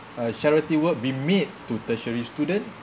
uh charity work be made to tertiary students